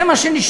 זה מה שנשאר.